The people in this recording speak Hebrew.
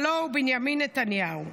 הלוא הוא בנימין נתניהו.